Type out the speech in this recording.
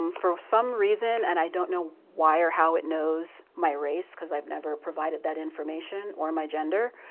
um for some reason, and i don't know why or how, it knows my race cause i've never provided that information or my gender.